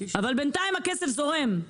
אבל בינתיים הכסף זורם.